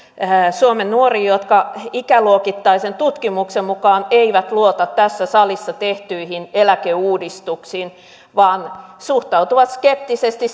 suomen nuoriin jotka ikäluokittaisen tutkimuksen mukaan eivät luota tässä salissa tehtyihin eläkeuudistuksiin vaan suhtautuvat skeptisesti